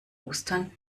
ostern